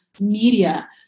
media